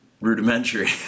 rudimentary